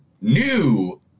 new